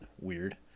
weird